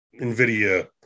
NVIDIA